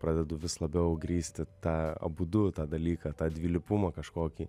pradedu vis labiau grįsti tą abudu tą dalyką tą dvilypumą kažkokį